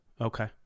Okay